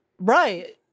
Right